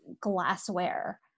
glassware